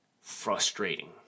frustrating